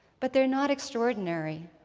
but they're not extraordinary.